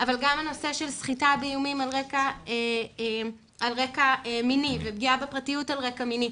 אבל גם הנושא של סחיטה באיומים על רקע מיני ופגיעה בפרטיות על רקע מיני,